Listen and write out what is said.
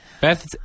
Beth